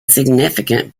significant